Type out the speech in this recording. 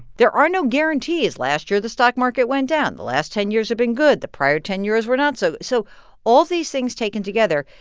there are no guarantees. last year, the stock market went down. the last ten years have been good. the prior ten years were not so. so all these things taken together,